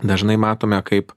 dažnai matome kaip